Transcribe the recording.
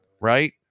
right